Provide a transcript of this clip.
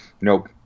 Nope